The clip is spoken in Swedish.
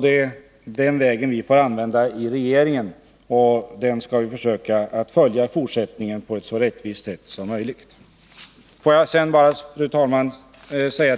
Det är den vägen vi får använda i regeringen, och den skall vi försöka följa i fortsättningen på ett så rättvist sätt som möjligt. Får jag bara, fru talman,